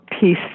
peace